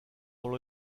dans